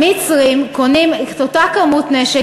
המצרים קונים את אותה כמות נשק,